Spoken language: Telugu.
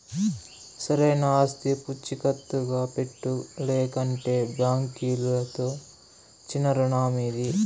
సరైన ఆస్తి పూచీకత్తుగా పెట్టు, లేకంటే బాంకీలుతో చిన్నా రుణమీదు